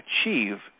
achieve